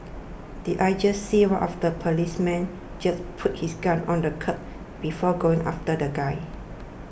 did I just see one of the policemen just put his gun on the curb before going after the guy